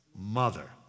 mother